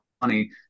money